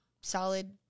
solid